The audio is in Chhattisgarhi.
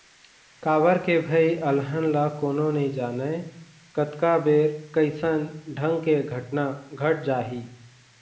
काबर के भई अलहन ल कोनो नइ जानय कतका बेर कइसन ढंग के घटना घट जाही